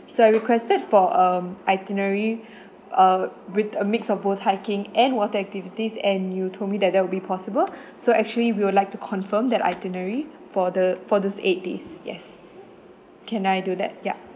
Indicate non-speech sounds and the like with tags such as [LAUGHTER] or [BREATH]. so I requested for um itinerary [BREATH] uh with a mix of both hiking and water activities and you told me that there would be possible [BREATH] so actually we would like to confirm that itinerary for the for these eight days yes can I do that yup